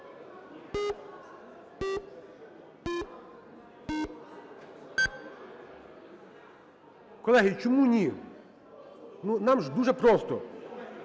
Колеги, чому ні? Нам же дуже просто: